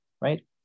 right